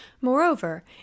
Moreover